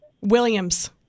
Williams